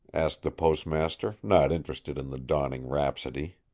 asked the postmaster, not interested in the dawning rhapsody.